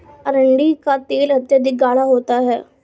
अरंडी का तेल अत्यधिक गाढ़ा होता है